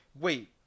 Wait